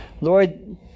Lord